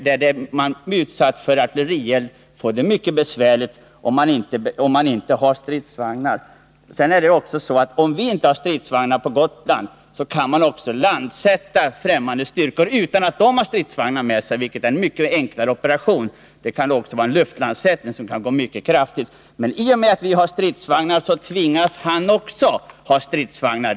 Och blir man där utsatt för artillerield får man det mycket besvärligt, om man inte har stridsvagnar. Och skulle vi inte ha stridsvagnar på Gotland, skulle främmande styrkor kunna landsättas utan att ha stridsvagnar med sig — vilket är en mycket enklare operation. Det kan då räcka med en luftlandsättning. Men i och med att vi har stridsvagnar tvingas fienden också ha stridsvagnar.